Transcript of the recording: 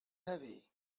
heavy